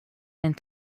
and